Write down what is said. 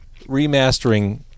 remastering